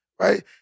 Right